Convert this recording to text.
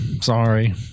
sorry